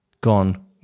gone